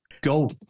go